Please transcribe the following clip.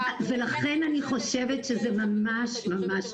ולכן אני חושבת שזה ממש ממש